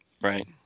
Right